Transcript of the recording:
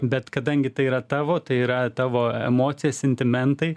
bet kadangi tai yra tavo tai yra tavo emocija sentimentai